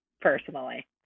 personally